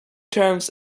terms